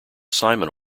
simon